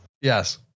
Yes